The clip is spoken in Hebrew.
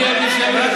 אני אנטישמי?